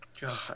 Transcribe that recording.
God